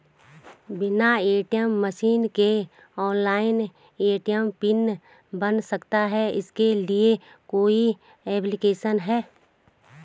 बिना ATM machine के online ATM pin बन सकता है इसके लिए कोई ऐप्लिकेशन है?